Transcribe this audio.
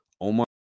Omar